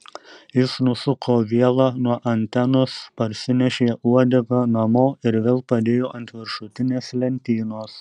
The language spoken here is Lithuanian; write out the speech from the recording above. jis nusuko vielą nuo antenos parsinešė uodegą namo ir vėl padėjo ant viršutinės lentynos